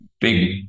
big